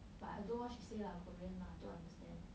but I don't know what she say lah korean mah I don't understand